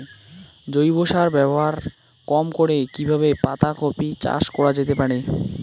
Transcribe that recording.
জৈব সার ব্যবহার কম করে কি কিভাবে পাতা কপি চাষ করা যেতে পারে?